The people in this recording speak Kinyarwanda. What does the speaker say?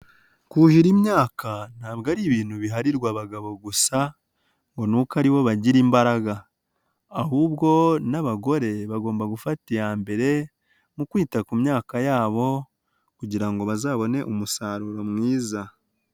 Kuhira imyaka ntabwo ari ibintu biharirwa abagabo gusa, ngo ni uko aribo bagira imbaraga, ahubwo n'abagore bagomba gufata iya mbere mu kwita ku myaka yabo kugira ngo bazabone umusaruro mwiza.